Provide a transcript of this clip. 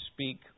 speak